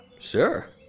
Sure